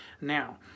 Now